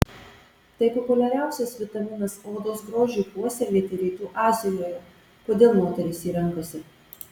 tai populiariausias vitaminas odos grožiui puoselėti rytų azijoje kodėl moterys jį renkasi